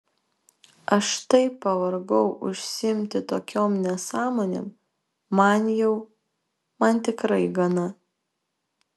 aš taip pavargau užsiimti tokiom nesąmonėm man jau man tikrai gana